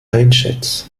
einschätzen